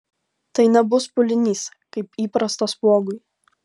tai nebus pūlinys kaip įprasta spuogui